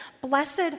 Blessed